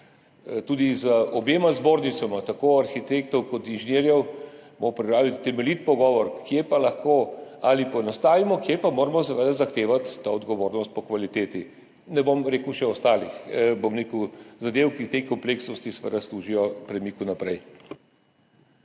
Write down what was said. Tudi z obema zbornicama tako arhitektov kot inženirjev bomo pripravili temeljit pogovor, kje lahko poenostavimo, kje pa moramo seveda zahtevati to odgovornost do kvalitete. Ne bom rekel še ostalih zadev, ki pri tej kompleksnosti seveda služijo premiku naprej.